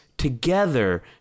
Together